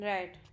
Right